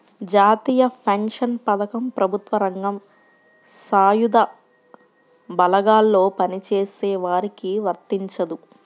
జాతీయ పెన్షన్ పథకం ప్రభుత్వ రంగం, సాయుధ బలగాల్లో పనిచేసే వారికి వర్తించదు